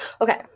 okay